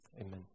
amen